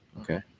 Okay